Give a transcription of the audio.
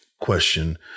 question